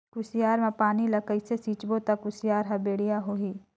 कुसियार मा पानी ला कइसे सिंचबो ता कुसियार हर बेडिया होही?